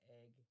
egg